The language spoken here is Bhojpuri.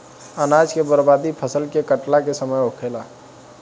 अनाज के बर्बादी फसल के काटला के समय होखेला